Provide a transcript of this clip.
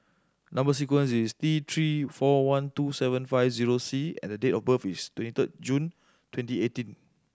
number sequence is T Three four one two seven five zero C and the date of birth is twenty third June twenty eighteen